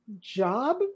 Job